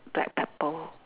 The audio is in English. black pepper